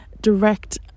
direct